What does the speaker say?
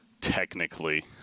technically